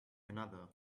another